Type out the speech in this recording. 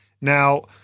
Now